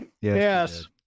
Yes